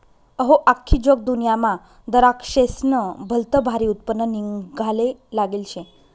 अहो, आख्खी जगदुन्यामा दराक्शेस्नं भलतं भारी उत्पन्न निंघाले लागेल शे